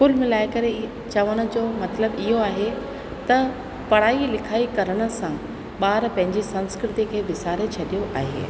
कुल मिलाए करे ई चवण जो मतिलबु इहो आहे त पढ़ाई लिखाई करण सां ॿार पंहिंजी संस्कृति खे विसारे छॾियो आहे